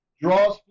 draws